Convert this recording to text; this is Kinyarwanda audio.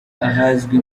ahazwi